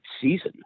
season